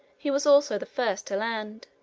he was also the first to land.